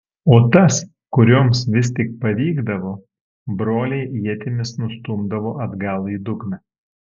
o tas kurioms vis tik pavykdavo broliai ietimis nustumdavo atgal į dugną